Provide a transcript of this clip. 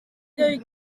ddweud